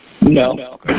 No